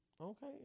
Okay